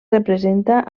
representa